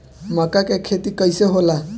मका के खेती कइसे होला?